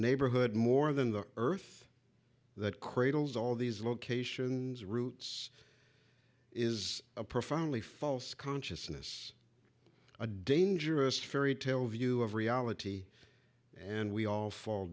neighborhood more than the earth that cradles all these locations roots is a profoundly false consciousness a dangerous fairytale view of reality and we all fall